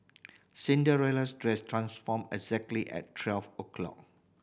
Cinderella's dress transformed exactly at twelve o'clock